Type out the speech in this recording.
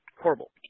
horrible